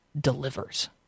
delivers